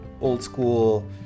old-school